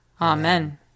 Amen